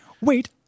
Wait